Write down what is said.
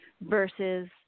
versus